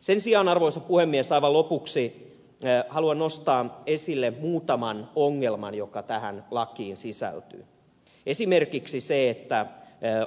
sen sijaan arvoisa puhemies aivan lopuksi haluan nostaa esille muutaman ongelman joita tähän lakiin sisältyy esimerkiksi sen että